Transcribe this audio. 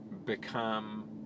become